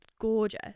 gorgeous